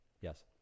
Yes